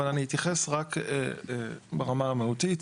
אבל אני אתייחס רק ברמה המהותית.